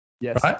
yes